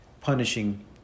punishing